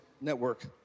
network